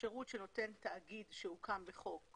שירות שנותן תאגיד שהוקם בחוק